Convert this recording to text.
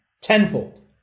tenfold